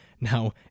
Now